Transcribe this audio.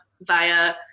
via